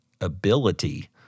ability